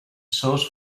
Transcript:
sauce